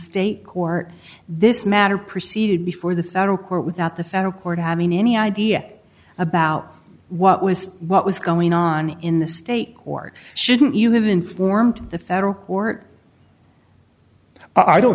state court this matter proceeded before the federal court without the federal court having any idea about what was what was going on in the state court shouldn't you have informed the federal court i don't